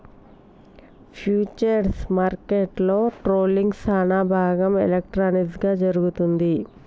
futures మార్కెట్లో ట్రేడింగ్లో సానాభాగం ఎలక్ట్రానిక్ గా జరుగుతుంది